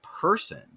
person